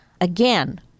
Again